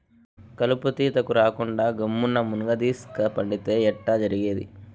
కలుపు తీతకు రాకుండా గమ్మున్న మున్గదీస్క పండితే ఎట్టా జరిగేది